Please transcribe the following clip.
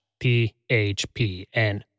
phpn